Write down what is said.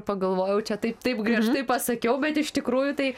pagalvojau čia tai taip griežtai pasakiau bet iš tikrųjų tai